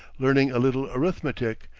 learning a little arithmetic,